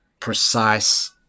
precise